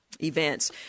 events